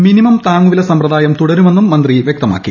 minimum താങ്ങുവില സമ്പ്രദായം തുടരുമെന്നും മന്ത്രി പറഞ്ഞു